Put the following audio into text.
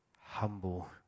humble